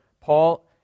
Paul